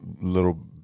little